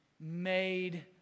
made